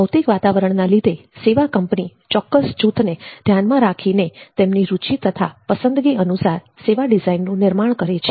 ભૌતિક વાતાવરણના લીધે સેવા કંપની ચોક્કસ જૂથને ધ્યાનમાં રાખીને તેમની રુચિ તથા પસંદગી અનુસાર સેવા ડિઝાઇન નું નિર્માણ કરે છે